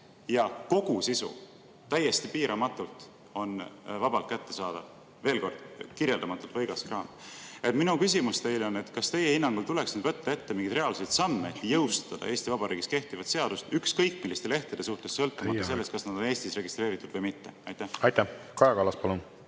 ja kogu sisu on täiesti piiramatult, vabalt kättesaadav. Veel kord: kirjeldamatult võigas kraam. Minu küsimus teile: kas teie hinnangul tuleks võtta ette mingeid reaalseid samme, et jõustada Eesti Vabariigis kehtivat seadust ükskõik milliste lehtede suhtes, sõltumata sellest, kas nad on Eestis registreeritud või mitte? Aitäh! Kaja Kallas, palun!